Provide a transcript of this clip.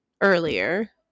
earlier